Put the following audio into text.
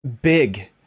big